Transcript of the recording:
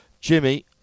Jimmy